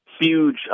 huge